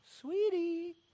Sweetie